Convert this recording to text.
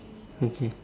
okay